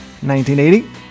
1980